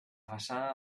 façana